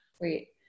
wait